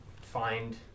find